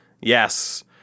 Yes